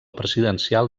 presidencial